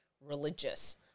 religious